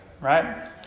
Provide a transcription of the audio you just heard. Right